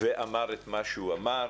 את מה שהוא אמר.